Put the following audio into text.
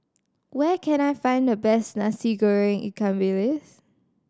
where can I find the best Nasi Goreng ikan bilis